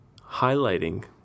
highlighting